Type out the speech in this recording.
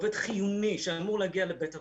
עובד חיוני שאמור להגיע לבית אבות,